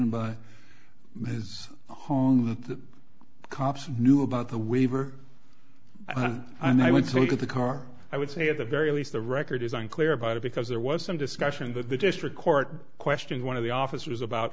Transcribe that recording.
his the cops knew about the waiver and i went to look at the car i would say at the very least the record is unclear about it because there was some discussion that the district court questions one of the officers about